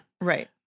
Right